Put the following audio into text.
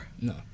No